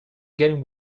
getting